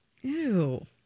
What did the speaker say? Ew